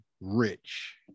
rich